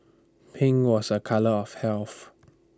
pink was A colour of health